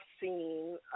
seen